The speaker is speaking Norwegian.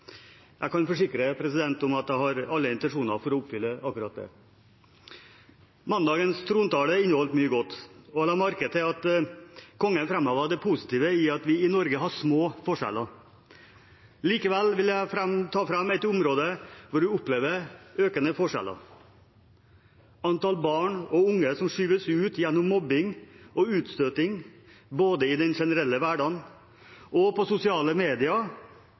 Jeg kan forsikre om at jeg har alle intensjoner om å oppfylle akkurat det. Mandagens trontale inneholdt mye godt, og jeg la merke til at Kongen framhevet det positive ved at vi i Norge har små forskjeller. Likevel vil jeg ta fram et område hvor vi opplever økende forskjeller. Antall barn og unge som skyves ut gjennom mobbing og utstøting, både i den generelle hverdagen og på sosiale medier,